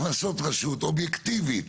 הכנסות רשות אובייקטיבית,